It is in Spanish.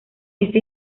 este